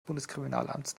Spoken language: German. bundeskriminalamtes